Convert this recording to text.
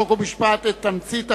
חוק ומשפט את תמצית החוק,